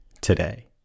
today